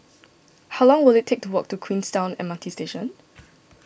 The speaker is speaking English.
how long will it take to walk to Queenstown M R T Station